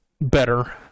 better